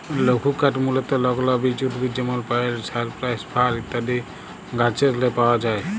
লঘুকাঠ মূলতঃ লগ্ল বিচ উদ্ভিদ যেমল পাইল, সাইপ্রাস, ফার ইত্যাদি গাহাচেরলে পাউয়া যায়